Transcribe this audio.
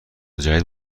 جدیدت